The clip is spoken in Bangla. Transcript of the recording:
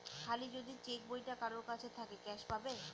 খালি যদি চেক বইটা কারোর কাছে থাকে ক্যাস পাবে